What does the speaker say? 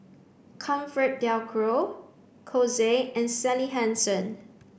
ComfortDelGro Kose and Sally Hansen